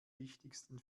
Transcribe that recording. wichtigsten